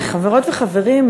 חברות וחברים,